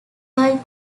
wild